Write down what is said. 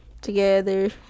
together